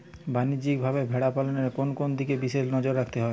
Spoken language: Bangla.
বাণিজ্যিকভাবে ভেড়া পালনে কোন কোন দিকে বিশেষ নজর রাখতে হয়?